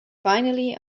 finally